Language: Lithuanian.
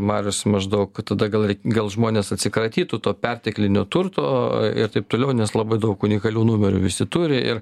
marius maždaug tada gal gal žmonės atsikratytų to perteklinio turto ir taip toliau nes labai daug unikalių numerių visi turi ir